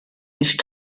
nicht